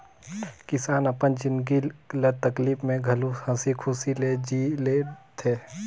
किसान अपन जिनगी ल तकलीप में घलो हंसी खुशी ले जि ले थें